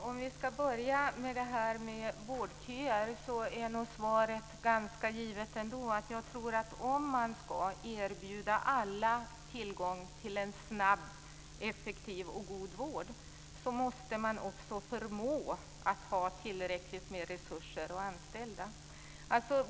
Fru talman! Om vi ska börja med vårdköerna är nog svaret ganska givet ändå. Jag tror att om man ska erbjuda alla tillgång till en snabb, effektiv och god vård så måste man också förmå att ha tillräckligt med resurser och anställda.